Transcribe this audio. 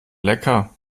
lecker